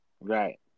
Right